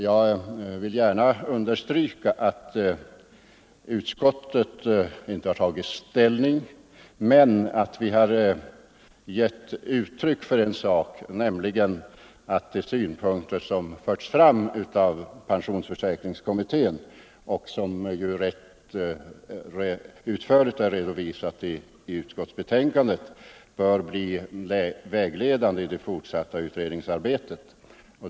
Jag vill gärna understryka att utskottet visserligen inte har tagit ställning men ändå givit uttryck för att de synpunkter som förts fram av pensionsförsäkringskommittén och ganska utförligt är redovisade i utskottets betänkande bör bli vägledande i det fortsatta utredningsarbetet.